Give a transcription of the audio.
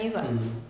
mm